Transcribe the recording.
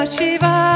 Shiva